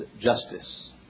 Justice